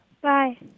Bye